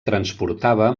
transportava